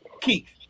Keith